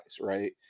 Right